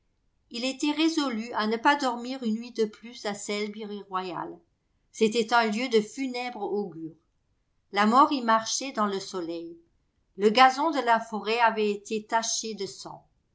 il était résolu à ne pas dormir une nuit de plus à selby royal c'était un lieu de funèbre augure la mort y marchait dans le soleil le gazon de la forêt avait été taché de sang